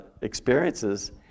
experiences